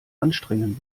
anstrengen